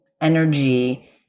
energy